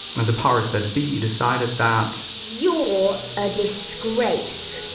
and the powers that be decided that. you're a disgrace!